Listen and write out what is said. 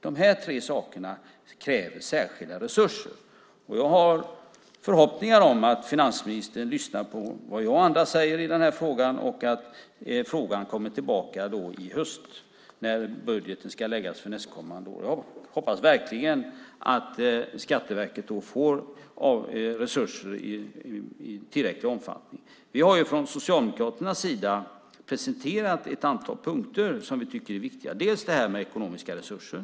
Dessa tre områden kräver särskilda resurser. Jag har förhoppningar om att finansministern lyssnar på vad jag och andra säger i denna fråga och att frågan kommer tillbaka i höst när budgeten för nästa år ska läggas fram. Jag hoppas verkligen att Skatteverket då får resurser i tillräcklig omfattning. Vi har från Socialdemokraternas sida presenterat ett antal punkter som vi tycker är viktiga. Det gäller för det första de ekonomiska resurserna.